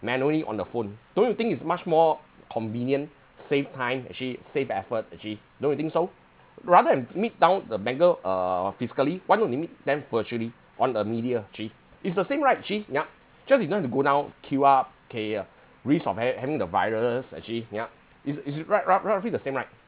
manually on the phone don't you think it's much more convenient save time actually save effort actually don't you think so rather than meet down the banker uh physically why don't we meet them virtually on the media actually it's the same right actually yeah just we don't have to go down queue up K uh risk of hav~ having the virus actually yeah it's it's right rough roughly the same right